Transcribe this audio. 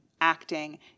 Acting